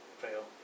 Fail